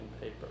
paper